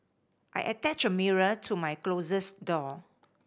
I attached a mirror to my closet door